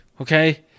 okay